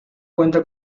cuenta